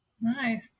Nice